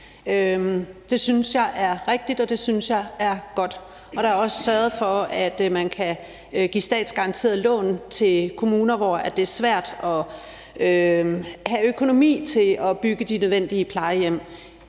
det synes jeg er godt. Og der er også sørget for, at man kan give statsgaranterede lån til kommuner, hvor det er svært at have økonomi til at bygge de nødvendige plejehjem.